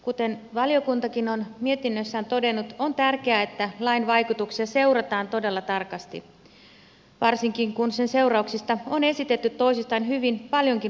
kuten valiokuntakin on mietinnössään todennut on tärkeää että lain vaikutuksia seurataan todella tarkasti varsinkin kun sen seurauksista on esitetty toisistaan hyvin paljonkin poikkeavia näkemyksiä